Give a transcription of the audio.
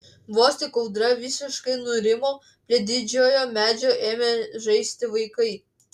vos tik audra visiškai nurimo prie didžiojo medžio ėmė žaisti vaikai